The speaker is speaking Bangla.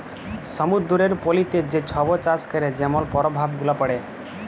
সমুদ্দুরের পলিতে যে ছব চাষ ক্যরে যেমল পরভাব গুলা পড়ে